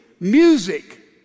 Music